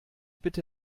bitte